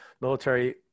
military